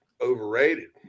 overrated